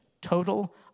Total